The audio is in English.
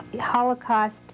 Holocaust